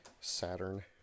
Saturn